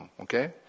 okay